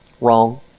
Wrong